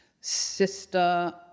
sister